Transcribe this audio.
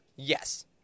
Yes